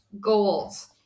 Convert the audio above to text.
goals